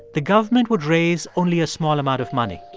the government would raise only a small amount of money.